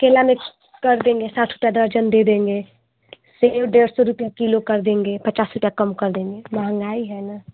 केला में कर देंगे साठ रुपये दर्जन दे देंगे